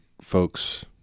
folks